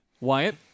Wyatt